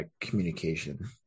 communication